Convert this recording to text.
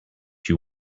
you